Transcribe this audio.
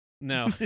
No